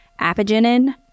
Apigenin